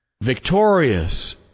victorious